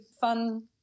fun